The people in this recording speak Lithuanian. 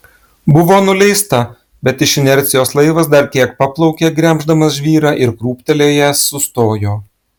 buvo nuleista bet iš inercijos laivas dar kiek paplaukė gremždamas žvyrą ir krūptelėjęs sustojo